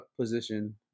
position